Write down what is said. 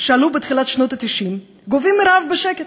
שעלו בתחילת שנות ה-90, גוועים ברעב בשקט.